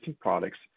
products